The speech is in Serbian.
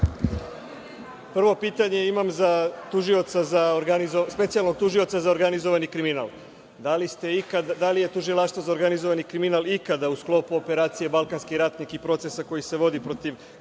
Prvo pitanje imam za specijalnog tužioca za organizovani kriminal – da li je Tužilaštvo za organizovani kriminal ikada, u sklopu operacije „Balkanski ratnik“ i procesa koji se vodi protiv klana